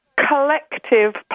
collective